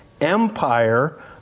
empire